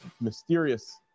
mysterious